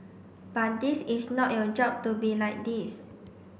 but this is not your job to be like this